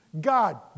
God